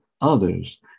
others